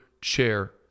Chair